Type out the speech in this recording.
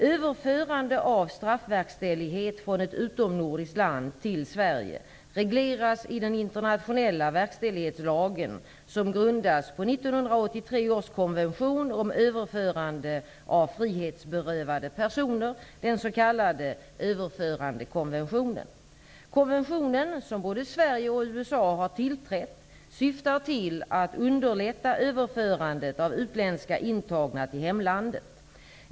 Överförande av straffverkställighet från ett utomnordiskt land till Sverige regleras i den internationella verkställighetslagen som grundas på överförandekonventionen. Konventionen, som både Sverige och USA har tillträtt, syftar till att underlätta överförandet av utländska intagna till hemlandet.